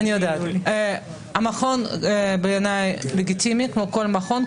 המכון בעיניי לגיטימי כמו כל מכון,